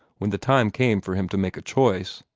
when the time came for him to make a choice.